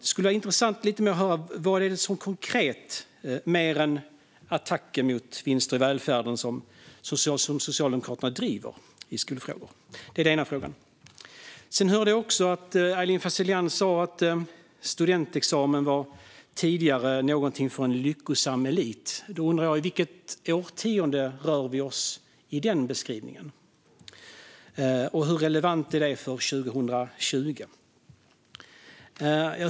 Det skulle vara intressant att höra lite om vad, mer än attacker mot vinster i välfärden, som Socialdemokraterna konkret driver i skolfrågor. Jag hörde också Aylin Fazelian säga att studentexamen tidigare var någonting för en lyckosam elit. Jag undrar i vilket årtionde vi rör oss med den beskrivningen och hur relevant det är för 2020.